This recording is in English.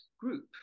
group